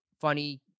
funny